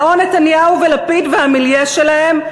זה או נתניהו ולפיד והמיליה שלהם,